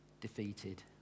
defeated